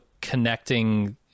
connecting